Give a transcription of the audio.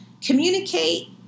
communicate